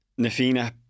Nafina